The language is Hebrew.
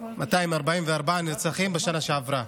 244 נרצחים בשנה שעברה,